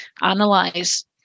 analyze